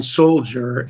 soldier